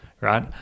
right